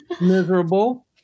miserable